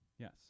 Yes